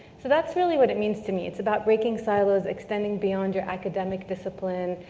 so that's really what it means to me, it's about breaking silos, extending beyond your academic discipline,